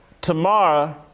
tomorrow